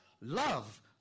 Love